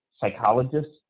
psychologists